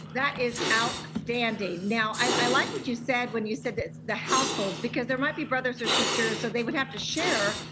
that is outstanding. now, i like what you said when you said that the households, because there might be brothers or sisters, so they would have to share.